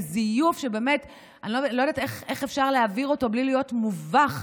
בזיוף שאני לא יודעת איך אפשר להעביר אותו בלי להיות מובך,